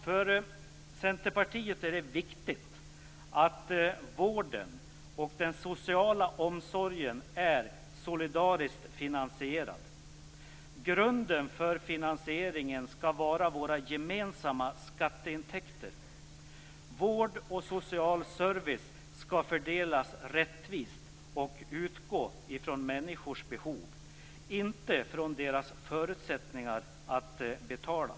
För Centerpartiet är det viktigt att vården och den sociala omsorgen är solidariskt finansierad. Grunden för finansieringen skall vara våra gemensamma skatteintäkter. Vård och social service skall fördelas rättvist och utgå från människors behov, inte från deras förutsättningar att betala.